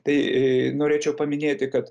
tai norėčiau paminėti kad